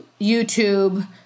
YouTube